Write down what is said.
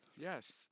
Yes